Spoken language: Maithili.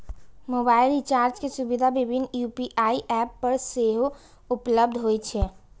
मोबाइल रिचार्ज के सुविधा विभिन्न यू.पी.आई एप पर सेहो उपलब्ध होइ छै